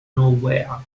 nowhere